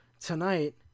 tonight